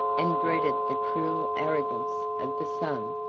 and dreaded the cruel arrogance, of the son.